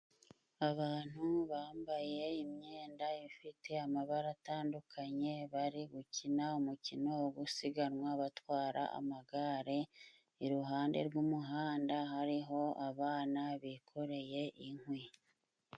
Abantu bambaye imyenda ifite amabara atandukanye, bari gukina umukino wo gusiganwa batwara amagare. Iruhande rw'umuhanda hariho abana bikoreye inkwi.